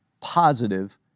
positive